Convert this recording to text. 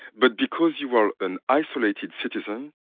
but because you are an isolated citizen,